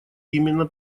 именно